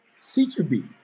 CQB